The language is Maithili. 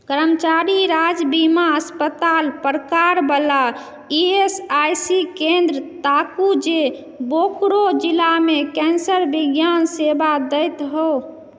कर्मचारी राज्य बीमा अस्पताल प्रकारबला ई एस आई सी केन्द्र ताकू जे बोकरो जिलामे कैंसर विज्ञान सेवा दैत हो